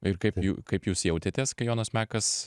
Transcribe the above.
ir kaip jų kaip jūs jautėtės kai jonas mekas